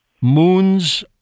moons